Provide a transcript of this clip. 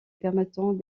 permettant